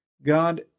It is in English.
God